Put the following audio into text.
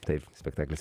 taip spektaklis